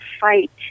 fight